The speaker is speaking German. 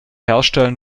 herstellen